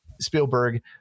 Spielberg